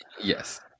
Yes